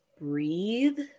breathe